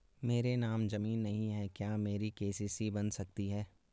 मेरे नाम ज़मीन नहीं है क्या मेरी के.सी.सी बन सकती है?